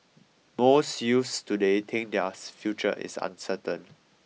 most youths today think theirs future is uncertain